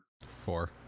Four